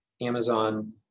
Amazon